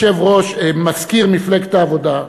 מזכיר מפלגת העבודה,